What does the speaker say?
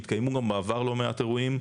התקיימו גם בעבר לא מעט אירועים.